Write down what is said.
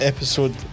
Episode